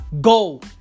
Go